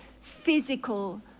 physical